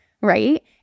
right